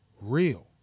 real